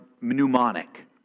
mnemonic